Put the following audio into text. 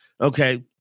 Okay